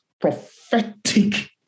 prophetic